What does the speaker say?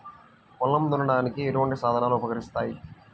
పొలం దున్నడానికి ఎటువంటి సాధనాలు ఉపకరిస్తాయి?